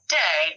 day